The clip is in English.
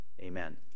Amen